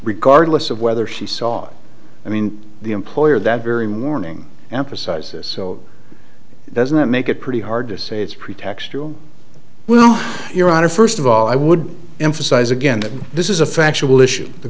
regardless of whether she saw it i mean the employer that very morning emphasizes so doesn't that make it pretty hard to say it's pretextual well your honor first of all i would emphasize again that this is a factual issue the